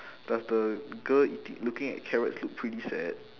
does the girl eati~ looking at carrots look pretty sad